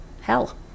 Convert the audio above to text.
hell